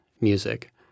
music